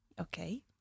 okay